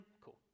cool